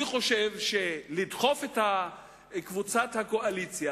אני חושב שלדחוף את קבוצת הקואליציה